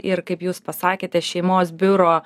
ir kaip jūs pasakėte šeimos biuro